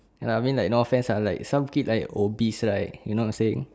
ya lah I mean like no offense lah like some kid like obese right you know I'm saying